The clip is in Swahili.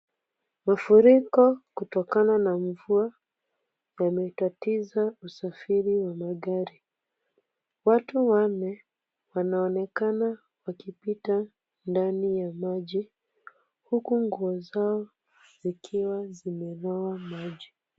Mafuriko kutokana na mvua yametatiza usafiri wa magari. Watu wanne wanaonekana wakipita ndani ya maji huku nguo zao zikiwa zimelowa maji.